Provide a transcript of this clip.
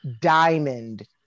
diamond